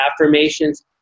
affirmations